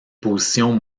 position